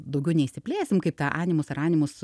daugiau neišsiplėsim kaip tą animus ar animus